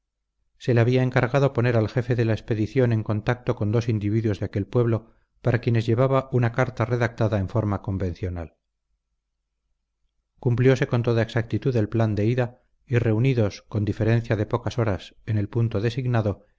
se le había encargado poner al jefe de la expedición en contacto con dos individuos de aquel pueblo para quienes llevaba una carta redactada en forma convencional cumpliose con toda exactitud el plan de ida y reunidos con diferencia de pocas horas en el punto designado